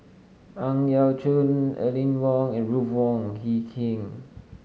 Ang Yau Choon Aline Wong and Ruth Wong Hie King